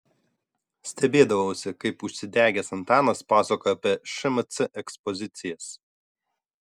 stebėdavausi kaip užsidegęs antanas pasakoja apie šmc ekspozicijas